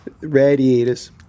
Radiators